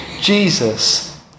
Jesus